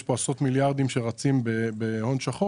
יש כאן עשרות מיליארדים שרצים בהון שחור